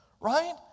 Right